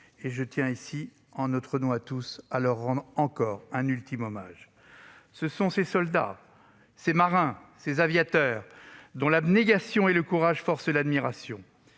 et je tiens ici, en notre nom à tous, à leur rendre encore un ultime hommage. Ce sont ces soldats, ces marins, ces aviateurs, dont l'abnégation et le courage forcent l'admiration.